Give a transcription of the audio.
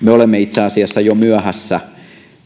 me olemme itse asiassa jo myöhässä